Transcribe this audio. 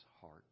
heart